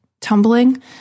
tumbling